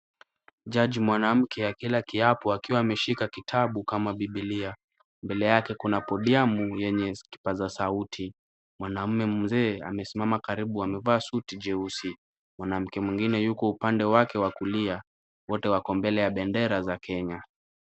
Jaji mwanamke akila kiapo akiwa ameshika kitabu kama bibilia. Mbele yake kuna podiamu yenye kipaza sauti. Mwanaume mzee amesimama karibu amevaa suti jeusi. Mwanamke mwingine yuko upande wake wa kulia. Wote wako mbele ya bendera za Kenya.